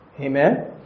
Amen